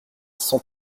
cent